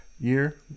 year